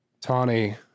Tawny